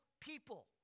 people